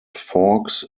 forks